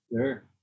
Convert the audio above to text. Sure